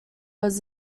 was